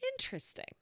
interesting